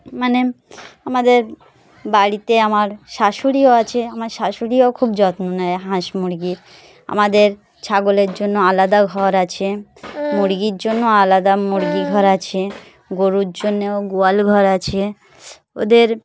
মানে আমাদের বাড়িতে আমার শাশুড়িও আছে আমার শাশুড়িও খুব যত্ন নেয় হাঁস মুরগির আমাদের ছাগলের জন্য আলাদা ঘর আছে মুরগির জন্যও আলাদা মুরগি ঘর আছে গরুর জন্যও গোয়াল ঘর আছে ওদের